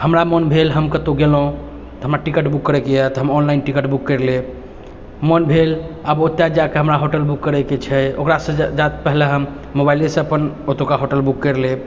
हमरा मन भेल हम कतौ गेलहुँ हमरा टिकट बुक करैके यऽ तऽ हम ऑनलाइन टिकट बुक करि लेब मन भेल आब ओतय जाइके हमरा होटल बुक करैके छै ओकरासँ जाइके पहिले हम मोबाइलेसँ अपन ओतुका होटल बुक करि लेब